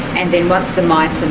and then once the mice and